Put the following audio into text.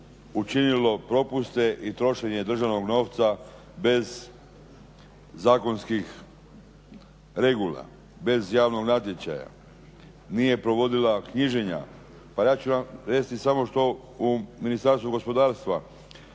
učinilo propuste i trošenje državnog novca bez zakonskih regula, bez javnog natječaja, nije provodila knjiženja. Pa ja ću vam izvijestiti samo što u Ministarstvu gospodarstva